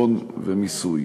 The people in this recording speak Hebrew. הון ומיסוי.